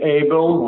able